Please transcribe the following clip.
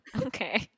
okay